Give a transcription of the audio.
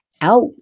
out